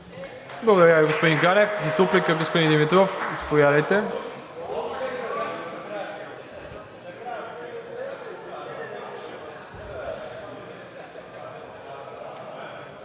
Благодаря Ви, господин Ганев. За дуплика – господин Димитров, заповядайте.